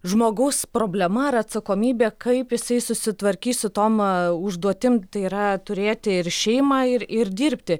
žmogaus problema ar atsakomybė kaip jisai susitvarkys su tom užduotim tai yra turėti ir šeimą ir ir dirbti